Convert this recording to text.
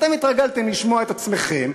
אתם התרגלתם לשמוע את עצמכם,